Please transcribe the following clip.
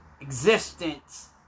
existence